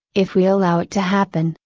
if we allow it to happen,